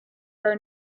her